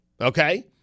Okay